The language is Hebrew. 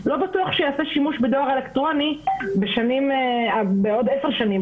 לא בטוח שיעשה שימוש בדואר אלקטרוני בעוד עשר שנים,